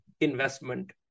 investment